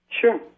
Sure